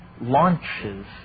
launches